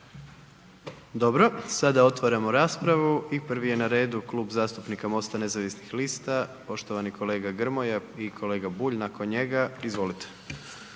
Dobro, sada otvaramo raspravu i prvi je na redu Klub zastupnika MOST-a nezavisnih lista, poštovani kolega Grmoja i kolega Bulj nakon njega, izvolite.